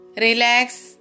Relax